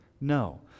No